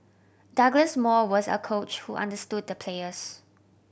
Douglas Moore was a coach who understood the players